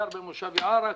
גר במושב יערה,